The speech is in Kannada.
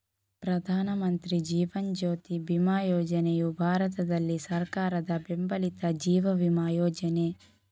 ಪ್ರಧಾನ ಮಂತ್ರಿ ಜೀವನ್ ಜ್ಯೋತಿ ಬಿಮಾ ಯೋಜನೆಯು ಭಾರತದಲ್ಲಿ ಸರ್ಕಾರದ ಬೆಂಬಲಿತ ಜೀವ ವಿಮಾ ಯೋಜನೆ